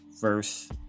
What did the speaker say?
verse